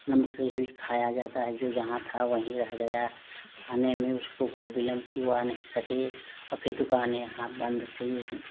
नमक से भी खाया जाता है जो जहाँ था वहीं रह गया आने में उसको बहुत बिलम्ब थी वह आ नहीं सके और फिर दुकाने यहाँ बंद थी